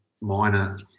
minor